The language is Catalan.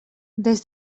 des